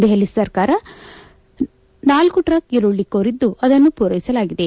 ದೆಹಲಿ ಸರ್ಕಾರ ಸಹ ನಾಲ್ಕು ಟ್ರಕ್ ಈರುಳ್ಳಿ ಕೋರಿದ್ದು ಅದನ್ನು ಪೂರೈಸಲಾಗಿದೆ